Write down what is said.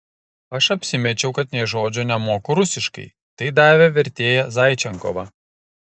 aš apsimečiau kad nė žodžio nemoku rusiškai tai davė vertėją zaičenkovą